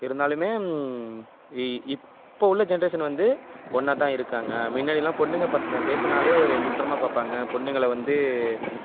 இருந்தாலுமே இ இப்போ உள்ள ஜென்ரேஷன் வந்து ஒன்னா தான் இருக்காங்க முன்னாடிலாம் பொண்ணுங்க பசங்க பேசுனாலே ஒரு குற்றமாக பார்ப்பாங்க பொண்ணுங்களை வந்து